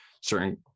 certain